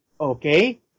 okay